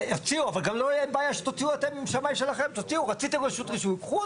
העילה הראשונה זה שחלק זמן מסוים והרשות הרישוי לא קיבלה החלטה,